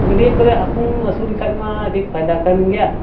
ᱜᱟᱹᱰᱤᱭᱟᱹ ᱠᱚᱨᱮᱜ ᱦᱟᱹᱠᱩᱢ ᱟᱹᱥᱩᱞ ᱞᱮᱠᱷᱟᱡᱢᱟ ᱟᱹᱰᱤ ᱯᱷᱟᱭᱫᱟ ᱠᱟᱱ ᱜᱮᱭᱟ